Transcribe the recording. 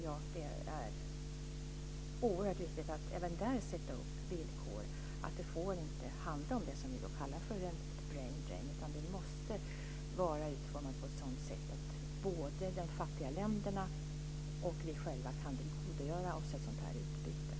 Även där är det viktigt att man sätter upp villkor. Det får inte handla om det som vi kallar för brain drain, utan det måste vara utformat på ett sådant sätt att både de fattiga länderna och vi själva kan tillgodogöra oss ett sådant här utbyte.